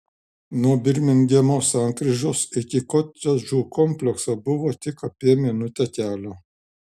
nuo birmingemo sankryžos iki kotedžų komplekso buvo tik apie minutę kelio